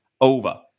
over